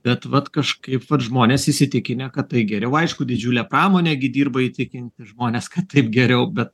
bet vat kažkaip vat žmonės įsitikinę kad tai geriau aišku didžiulė pramonė gi dirba įtikinti žmones kad taip geriau bet